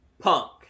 Punk